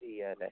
ചെയ്യാല്ലേ